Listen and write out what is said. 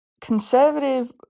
conservative